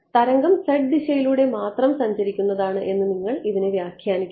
തരംഗം z ദിശയിലൂടെ മാത്രം സഞ്ചരിക്കുന്നതാണ് എന്ന് നിങ്ങൾ ഇതിനെ വ്യാഖ്യാനിക്കരുത്